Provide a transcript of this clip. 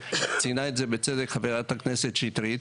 וציינה את זה בצדק חברת הכנסת שטרית,